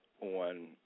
on